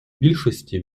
більшості